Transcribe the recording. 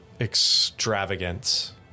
extravagant